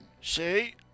See